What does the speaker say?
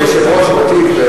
כיושב-ראש ותיק,